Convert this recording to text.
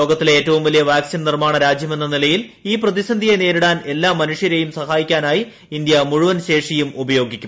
ലോകത്തിലെ ഏറ്റവും വലിയ വാക്സിൻ നിർമാണ രാജ്യമെന്ന നിലയിൽ ഈ പ്രതിസന്ധിയെ നേരിടാൻ എല്ലാ മനുഷ്യരെയും സഹായിക്കാനായി ഇന്ത്യ മുഴുവൻ ശേഷിയും ഉപയോഗിക്കും